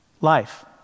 life